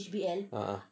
ah